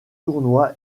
tournoi